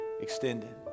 extended